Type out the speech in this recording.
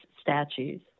statues